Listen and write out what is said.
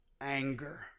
anger